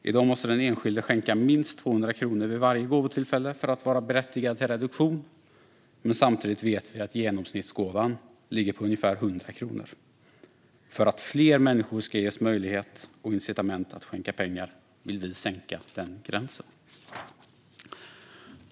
I dag måste den enskilde skänka minst 200 kronor vid varje gåvotillfälle för att vara berättigad till reduktion, men samtidigt vet vi att genomsnittsgåvan ligger på ungefär 100 kronor. För att fler människor ska ges möjlighet och incitament att skänka pengar vill vi sänka den gränsen.